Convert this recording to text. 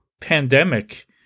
pandemic